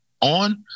on